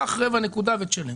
קחו רבע נקודת זיכוי ותשלמו.